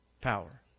power